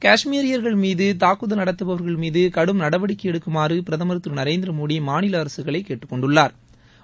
காஷ்மீரியா்கள் மீது தாக்குதல் நடத்துபவா்கள் மீது கடும் நடவடிக்கை எடுக்குமாறு பிரதமா் திரு நரேந்திரமோடி மாநில அரசுகளை கேட்டுக் கொண்டுள்ளாா்